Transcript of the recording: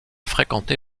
fréquenté